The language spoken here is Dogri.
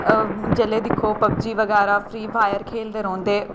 जिसलै दिक्खो पब्जी बगैरा फ्री फायर खेलदे रौंह्दे